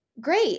Great